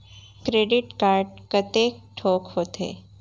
Credit card कतेक ठोक होथे?